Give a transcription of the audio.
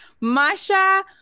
Masha